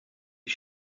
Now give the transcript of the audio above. die